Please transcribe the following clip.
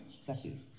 sexy